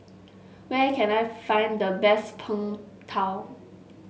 where can I find the best Png Tao